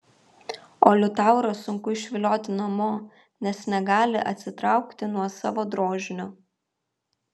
o liutaurą sunku išvilioti namo nes negali atsitraukti nuo savo drožinio